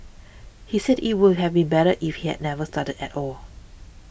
he said it would have been better if he had never started at all